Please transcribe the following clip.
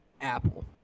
Apple